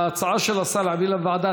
ההצעה של השר היא להעביר לוועדה.